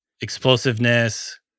explosiveness